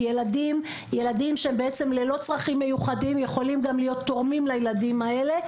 כי ילדים שהם ללא צרכים מיוחדים יכולים להיות תורמים לילדים האלה,